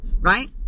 right